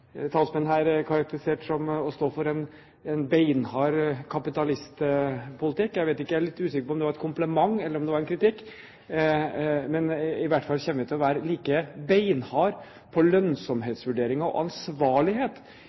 talsmenn her karakterisert som å stå for en beinhard kapitalistpolitikk. Jeg vet ikke om det var en kompliment, eller om det var kritikk. Men jeg kommer i hvert fall til å være like beinhard på lønnsomhetsvurderinger og ansvarlighet